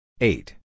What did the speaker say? Eight